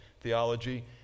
Theology